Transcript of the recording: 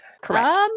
Correct